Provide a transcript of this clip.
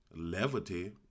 levity